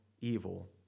evil